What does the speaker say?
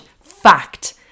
Fact